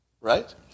right